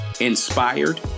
inspired